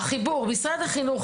החיבור של משרד החינוך,